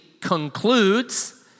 concludes